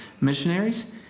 missionaries